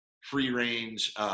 free-range